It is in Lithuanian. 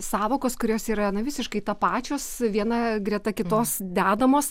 sąvokos kurios yra na visiškai tapačios viena greta kitos dedamos